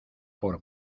por